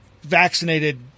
vaccinated